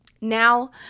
now